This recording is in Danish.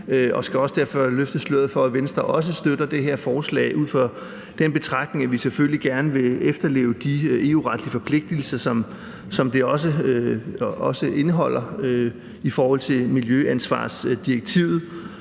jeg skal derfor løfte sløret for, at også Venstre støtter det her forslag ud fra den betragtning, at vi selvfølgelig gerne vil efterleve de EU-retlige forpligtelser, som det også indeholder i forhold til miljøansvarsdirektivet,